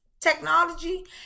technology